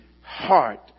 heart